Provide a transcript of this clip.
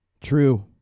true